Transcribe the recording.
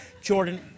Jordan